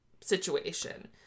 situation